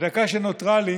בדקה שנותרה לי